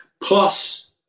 Plus